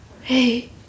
Hey